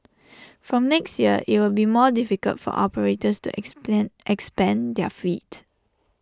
from next year IT will be more difficult for operators to explain expand their fleet